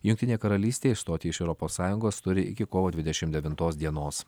jungtinė karalystė išstoti iš europos sąjungos turi iki kovo dvidešimt devintos dienos